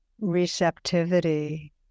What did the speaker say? receptivity